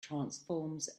transforms